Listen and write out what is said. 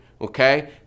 okay